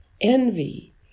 envy